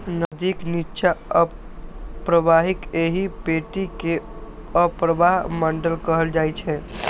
नदीक निच्चा अवप्रवाहक एहि पेटी कें अवप्रवाह मंडल कहल जाइ छै